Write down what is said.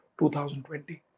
2020